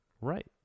Right